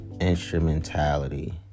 instrumentality